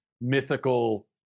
mythical